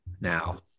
now